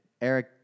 Eric